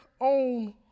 own